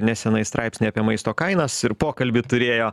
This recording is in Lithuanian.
nesenai straipsnį apie maisto kainas ir pokalbį turėjo